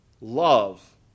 love